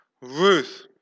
Ruth